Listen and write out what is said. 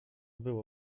było